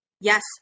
Yes